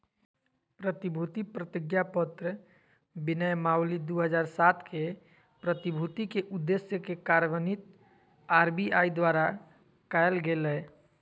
प्रतिभूति प्रतिज्ञापत्र विनियमावली दू हज़ार सात के, प्रतिभूति के उद्देश्य के कार्यान्वित आर.बी.आई द्वारा कायल गेलय